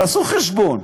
תעשו חשבון,